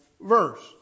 verse